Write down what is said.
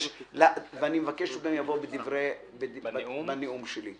ואני מבקש שהוא יופיע גם בנאום שלי,